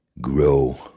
grow